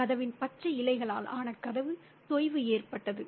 கதவின் பச்சை இலைகளால் ஆன கதவு தொய்வு ஏற்பட்டது